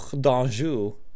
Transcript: d'Anjou